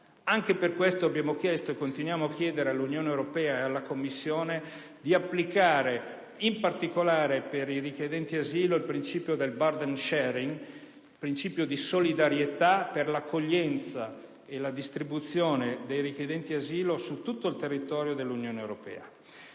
Anche per questo abbiamo chiesto e continuiamo a chiedere all'Unione europea e alla Commissione di applicare, in particolare per i richiedenti asilo, il principio del *burden sharing,* principio di solidarietà per l'accoglienza e la distribuzione dei richiedenti asilo su tutto il territorio dell'Unione europea.